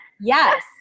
Yes